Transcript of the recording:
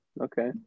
Okay